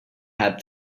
had